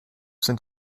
sind